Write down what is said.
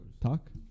Talk